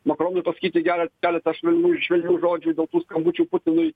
makronui pasakyti gerą keletą švelnių švelnių žodžių dėl tų skambučių putinui